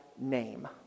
name